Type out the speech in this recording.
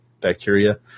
bacteria